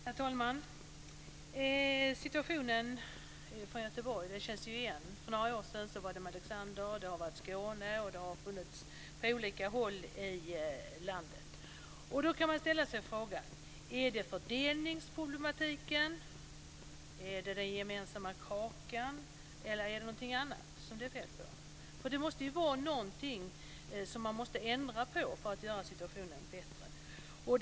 Herr talman! Situationen från Göteborg känns igen. För några år sedan var det Malexander, det har varit Skåne och det har varit olika andra ställen i landet. Då kan man ställa sig frågan: Är det fördelningsproblematiken, är det den gemensamma kakan eller är det någonting annat som det är fel på? Det måste ju vara någonting som man måste ändra på för att göra situationen bättre.